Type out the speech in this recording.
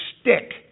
stick